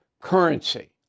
currency